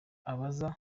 abaza